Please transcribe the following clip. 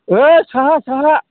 ओइ साहा साहा